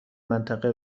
منطقه